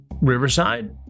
Riverside